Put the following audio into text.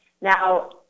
Now